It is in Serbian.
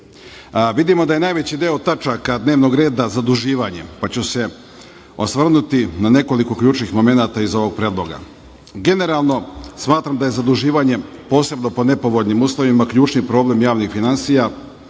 da je najveći deo tačaka dnevnog reda zaduživanje, pa ću se osvrnuti na nekoliko ključnih momenata iz ovog predloga. Generalno, smatram da je zaduživanje, posebno pod nepovoljnim uslovima, ključni problem javnih finansija,